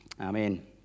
Amen